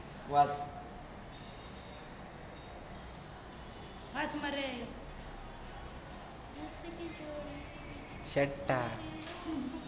JNNURM च्या योजनेमुळे शहरांत सुधारणा झाली हा